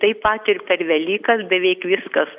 taip pat ir per velykas beveik viskas